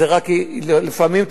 רק לפעמים,